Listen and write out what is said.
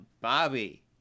Bobby